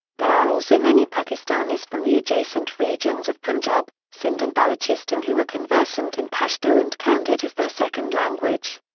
there are also many pakistanis from the adjacent regions of punjab, sindh and balochistan who are conversant in pashto and count it as their second language.